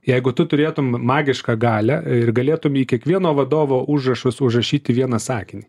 jeigu tu turėtum magišką galią ir galėtum į kiekvieno vadovo užrašus užrašyti vieną sakinį